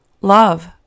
love